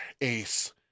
Ace